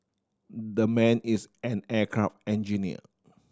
the man is an aircraft engineer